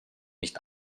nicht